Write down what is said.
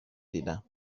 دیدم